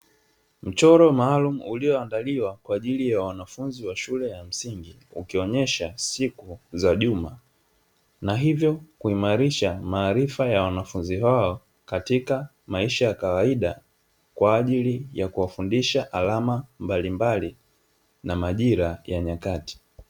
Mchoro maalum ulioandaliwa kwaajili ya wanafunzi wa shule ya msingi, ukionyesha siku za juma na hivyo kuimalisha maarifa ya wanafunzi hao katika maisha ya kawaida, kwaajili ya kuwafundisha alama mbalimbali na majira ya nyakati.